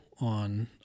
on